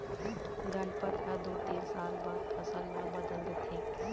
गनपत ह दू तीन साल बाद फसल ल बदल देथे